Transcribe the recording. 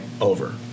over